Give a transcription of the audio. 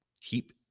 keep